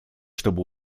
чтобы